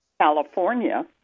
California